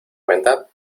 cuenta